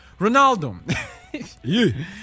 Ronaldo